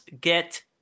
get